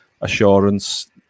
assurance